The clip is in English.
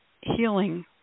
healing